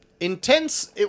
Intense